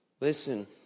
Listen